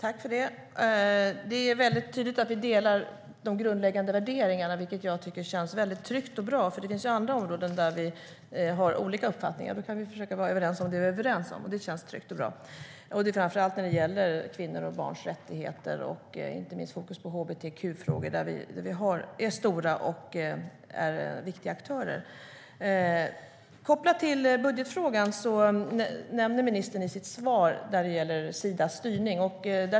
Herr talman! Det är tydligt att vi delar de grundläggande värderingarna, vilket jag tycker känns tryggt och bra eftersom det finns andra områden där vi har olika uppfattningar. Vi kan försöka vara överens om det vi är överens om - det känns tryggt och bra. Det gäller framför allt kvinnors och barns rättigheter samt inte minst fokus på hbtq-frågor, där Sverige är en stor och viktig aktör. Kopplat till budgetfrågan nämnde ministern i sitt svar Sidas styrning.